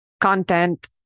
content